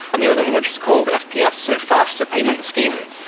and the other one which is called fps, yeah so faster payment scheme.